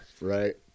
right